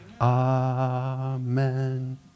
Amen